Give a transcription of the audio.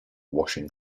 washing